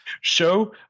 show